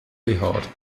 behaart